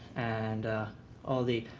and all the